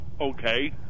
okay